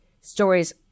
stories